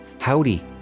Howdy